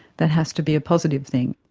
that has to be a positive thing.